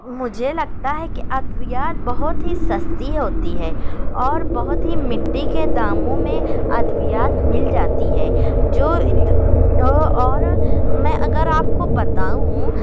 مجھے لگتا ہے کہ ادویات بہت ہی سستی ہوتی ہے اور بہت ہی مٹی کے داموں میں ادویات مل جاتی ہے جو اور ميں اگر آپ كو بتاؤں